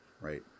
right